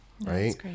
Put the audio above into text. right